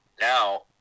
Now